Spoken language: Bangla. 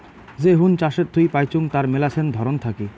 যে হুন চাষের থুই পাইচুঙ তার মেলাছেন ধরন থাকি